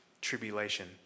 tribulation